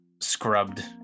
scrubbed